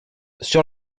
sur